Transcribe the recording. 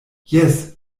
jes